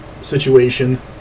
situation